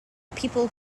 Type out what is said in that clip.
people